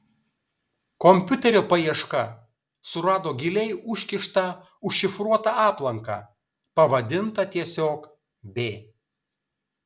kompiuterio paieška surado giliai užkištą užšifruotą aplanką pavadintą tiesiog b